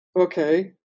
okay